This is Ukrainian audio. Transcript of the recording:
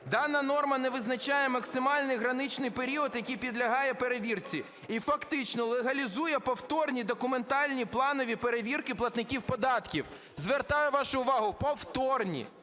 Дана норма не визначає максимальний граничний період, який підлягає перевірці, і фактично легалізує повторні документальні планові перевірки платників податків. Звертаю вашу увагу – повторні.